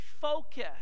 focus